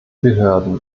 behörden